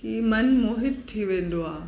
की मनु मोहित थी वेंदो आहे